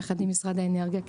יחד עם משרד האנרגיה,